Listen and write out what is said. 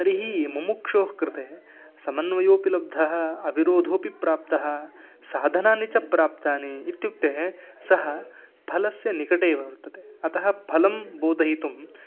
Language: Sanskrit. तर्हि मुमुक्षोः कृते समन्वयोपिलब्धः अविरोधोपि प्राप्तः साधनानि च प्राप्तानि इत्युक्ते सः फलस्य निकटे एव वर्तते अतः फलं बोधयितुम्